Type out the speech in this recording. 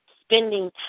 spending